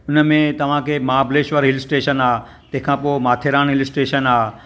हुन में तव्हां खे महाबलेश्वर हिल स्टेशन आहे तंहिंखां पोइ माथेरान हिल स्टेशन आहे